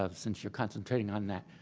ah since you're concentrating on that,